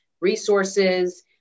resources